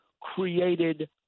created